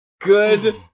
good